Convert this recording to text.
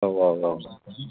औ औ